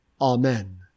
Amen